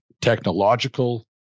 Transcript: technological